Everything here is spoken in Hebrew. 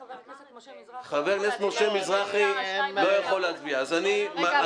חבר הכנסת משה מזרחי לא יכול להצביע --- רגע,